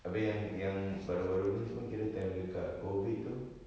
habis yang yang baru-baru ni semua kira time dekat COVID tu